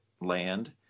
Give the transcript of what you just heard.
land